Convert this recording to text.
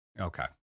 Okay